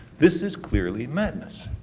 this is clearly madness.